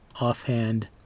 offhand